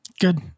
Good